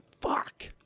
Fuck